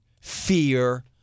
fear